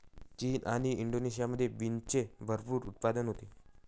चीन आणि इंडोनेशियामध्ये बीन्सचे भरपूर उत्पादन होते